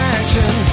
action